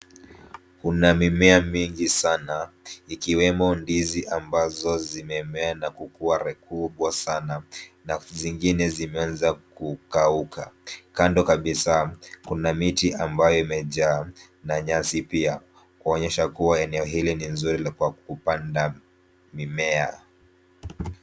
Kuna mimea mingi sana ikiwemo ndizi ambazo zimemea na kukua kubwa sana na zingine zimeanza kukauka. Kando kabisa kuna miti ambayo imejaa na nyasi pia kuonyesha kuwa eneo hili ni nzuri kwa kupanda mimea.